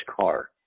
car